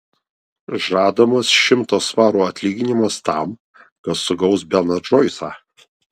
žadamas šimto svarų atlyginimas tam kas sugaus beną džoisą